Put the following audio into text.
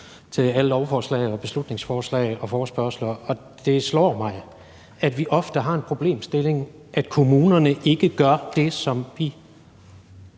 til alle lovforslag, beslutningsforslag og forespørgsler, og det slår mig, at vi ofte har den problemstilling, at kommunerne ikke gør det, som vi